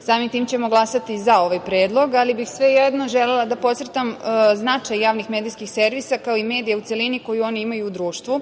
Samim tim ćemo glasati za ovaj predlog, ali bih svejedno želela da podcrtam značaj javnih medijskih servisa, kao i medije u celini, koji oni imaju u društvu